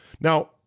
Now